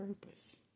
purpose